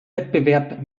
wettbewerb